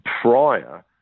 prior